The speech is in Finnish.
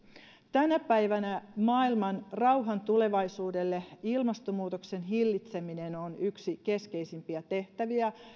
tänä päivänä maailmanrauhan tulevaisuuden kannalta ilmastonmuutoksen hillitseminen on yksi keskeisimpiä tehtäviä